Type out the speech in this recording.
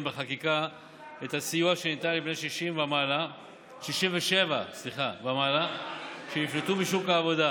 בחקיקה את הסיוע שניתן לבני 67 ומעלה שנפלטו משוק העבודה